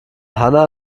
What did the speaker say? hanna